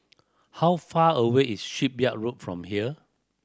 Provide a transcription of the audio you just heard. how far away is Shipyard Road from here